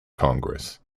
congress